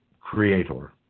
creator